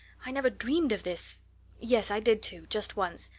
i never dreamed of this yes, i did too, just once!